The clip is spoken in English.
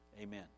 Amen